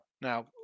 Now